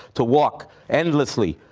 to walk endlessly.